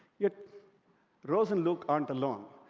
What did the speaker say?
yet rose and luke aren't alone.